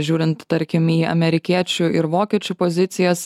žiūrint tarkim į amerikiečių ir vokiečių pozicijas